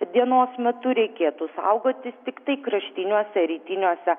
dienos metu reikėtų saugotis tiktai kraštiniuose rytiniuose